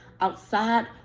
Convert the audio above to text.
outside